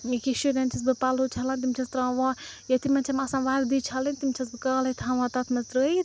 یہِ کہِ شُریٚن چھیٚس بہٕ پَلوٚو چھَلان تِم چھیٚس ترٛاوان یا تِمن چھیٚم آسان وَردی چھَلٕنۍ تِم چھیٚس بہٕ کالٔے تھاوان تَتھ منٛز ترٛٲیِتھ